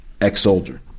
ex-soldier